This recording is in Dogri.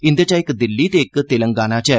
इंदे चा इक दिल्ली ते इक तेलंगाना च ऐ